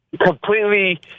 Completely